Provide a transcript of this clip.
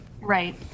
Right